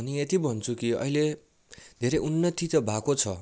अनि यति भन्छु कि अहिले धेरै उन्नति त भएको छ